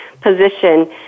position